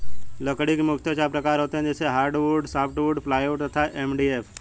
लकड़ी के मुख्यतः चार प्रकार होते हैं जैसे हार्डवुड, सॉफ्टवुड, प्लाईवुड तथा एम.डी.एफ